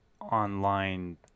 online